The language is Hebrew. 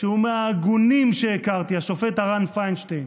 שהוא מההגונים שהכרתי, השופט הרן פינשטיין.